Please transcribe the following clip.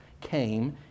came